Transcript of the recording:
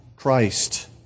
Christ